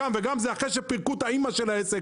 אחרי שפירקו את העסק,